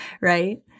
right